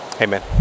amen